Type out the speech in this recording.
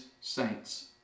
saints